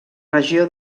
regió